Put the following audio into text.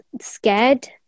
scared